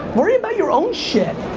worry about your own shit.